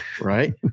Right